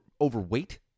overweight